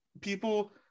people